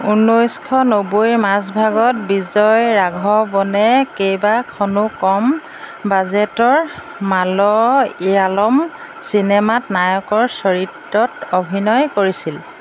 ঊনৈছশ নব্বৈ মাজভাগত বিজয়ৰাঘৱনে কেইবাখনো কম বাজেটৰ মালয়ালম চিনেমাত নায়কৰ চৰিত্ৰত অভিনয় কৰিছিল